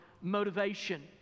motivation